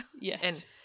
Yes